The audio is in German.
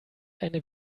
eine